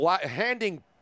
handing